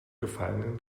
gefallenen